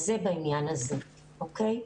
זה בעניין הזה, אוקי?